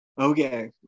Okay